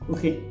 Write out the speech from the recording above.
Okay